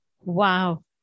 Wow